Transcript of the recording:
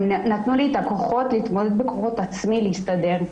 הם נתנו לי את הכוחות להתמודד עצמי, להסתדר.